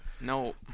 No